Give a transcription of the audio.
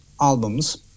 albums